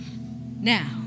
Now